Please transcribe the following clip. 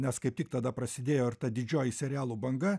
nes kaip tik tada prasidėjo ir ta didžioji serialų banga